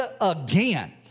again